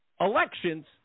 elections